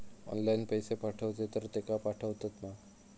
Online पैसे पाठवचे तर तेका पावतत मा?